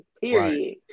period